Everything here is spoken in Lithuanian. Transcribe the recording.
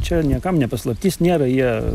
čia niekam ne paslaptis nėra jie